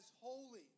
holy